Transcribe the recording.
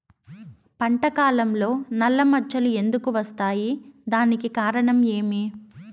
పంట కాలంలో నల్ల మచ్చలు ఎందుకు వస్తాయి? దానికి కారణం ఏమి?